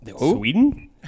Sweden